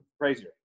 crazier